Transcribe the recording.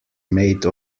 made